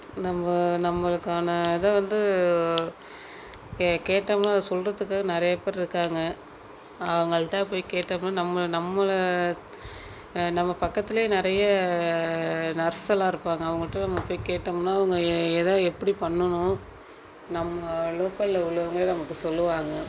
நம்ம நம்மளுக்கான இதை வந்து கே கேட்டோம்னால் அதை சொல்கிறத்துக்கு நிறையா பேர் இருக்காங்க அவங்கள்ட போய் கேட்டோம்னா நம்ம நம்மளை நம்ம பக்கத்திலயே நிறைய நர்ஸல்லாம் இருப்பாங்க அவங்கள்ட நம்ம போய் கேட்டோம்னா அவங்க எதை எப்படி பண்ணனும் நம்ம லோக்கல்ல உள்ளவங்களே நமக்கு சொல்லுவாங்க